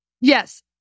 Yes